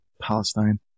Palestine